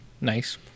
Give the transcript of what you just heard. Nice